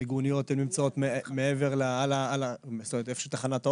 המיגוניות נמצאות איפה שתחנות האוטובוס,